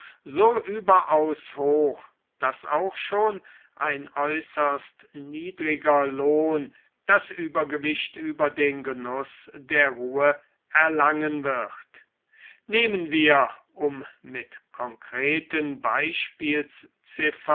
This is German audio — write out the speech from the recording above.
so überaus hoch daß auch schon ein äußerst niedriger lohn das übergewicht über den genuß der ruhe erlangen wird nehmen wir um mit konkreten